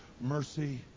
mercy